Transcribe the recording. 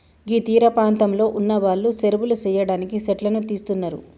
గీ తీరపాంతంలో ఉన్నవాళ్లు సెరువులు సెయ్యడానికి సెట్లను తీస్తున్నరు